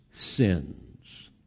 Sins